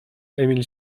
emil